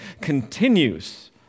continues